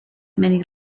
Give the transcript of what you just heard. many